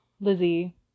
Lizzie